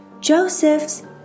Joseph's